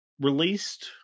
released –